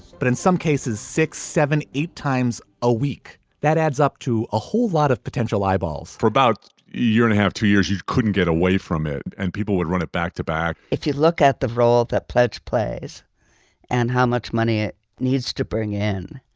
but in some cases six, seven, eight times a week that adds up to a whole lot of potential eyeballs for about a year and a half, two years, you couldn't get away from it and people would run it back to back if you look at the role that pledge plays and how much money it needs to bring in,